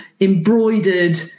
embroidered